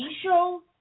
show